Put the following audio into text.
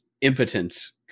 impotence